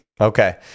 Okay